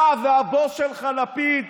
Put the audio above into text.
אתה והבוס שלך לפיד.